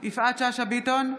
שאשא ביטון,